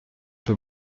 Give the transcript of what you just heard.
peu